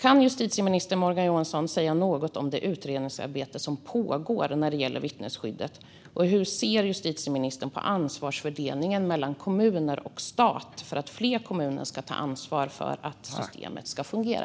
Kan justitieminister Morgan Johansson säga något om det utredningsarbete som pågår när det gäller vittnesskyddet? Och hur ser justitieministern på ansvarsfördelningen mellan kommuner och stat för att fler kommuner ska ta ansvar för att systemet ska fungera?